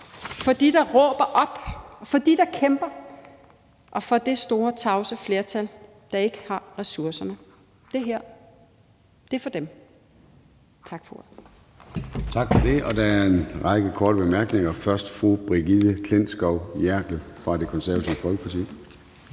for dem, der råber op, for dem, der kæmper, og for det store tavse flertal, der ikke har ressourcerne. Det her er for dem. Tak for ordet.